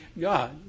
God